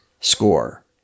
score